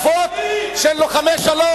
עשרה אנשים, יש עשר גופות של לוחמי שלום.